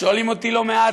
שואלים אותי לא מעט: